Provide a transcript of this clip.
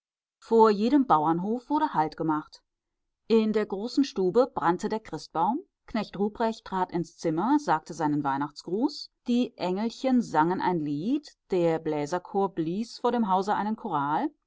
vor jedem bauernhof wurde haltgemacht in der großen stube brannte der christbaum knecht ruprecht trat ins zimmer und sagte seinen weihnachtsgruß die engelchen sangen ein lied der bläserchor blies vor dem hause einen choral